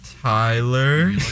Tyler